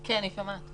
אני שומעת.